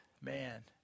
man